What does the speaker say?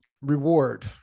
reward